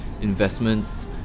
investments